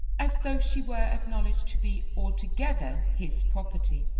as though she were acknowledged to be altogether his property.